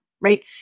Right